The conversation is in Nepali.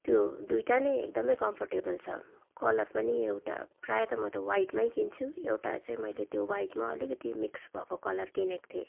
त्यो दुइवटा नै एकदम कम्फर्टेबल छ कलर पनि एउटा प्रायः म त वाइटमा किन्छु एउटा चाहिँ मैले त्यो वाइटमा अलिकति मिक्स भएको कलर किनेको थिएँ